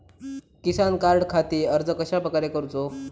किसान कार्डखाती अर्ज कश्याप्रकारे करूचो?